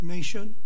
Nation